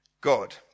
God